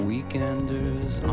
Weekenders